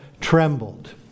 trembled